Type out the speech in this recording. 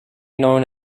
known